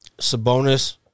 Sabonis